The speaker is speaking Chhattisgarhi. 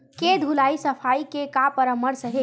के धुलाई सफाई के का परामर्श हे?